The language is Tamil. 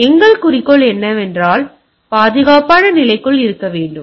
எனவே எங்கள் குறிக்கோள் என்னவென்றால் அது பாதுகாப்பான நிலைக்குள் இருக்க வேண்டும்